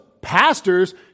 pastors